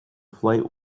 flight